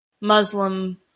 Muslim